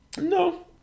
No